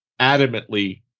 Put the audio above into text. adamantly